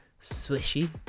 swishy